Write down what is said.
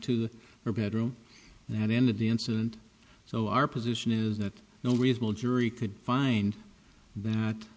to her bedroom and that end of the incident so our position is that no reasonable jury could find that